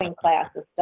classes